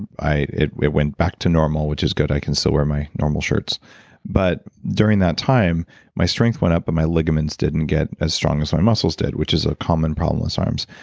it went went back to normal which is good i can still wear my normal shirts but during that time my strength went up but my ligaments didn't get as strong as my muscles did which is a common problem with sarms.